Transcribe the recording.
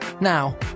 Now